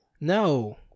no